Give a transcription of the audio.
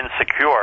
insecure